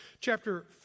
Chapter